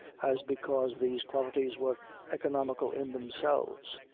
as because these qualities were economical in themselves.